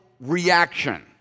reaction